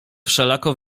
wszelako